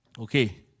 Okay